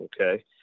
Okay